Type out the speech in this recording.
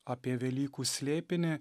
apie velykų slėpinį